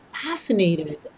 fascinated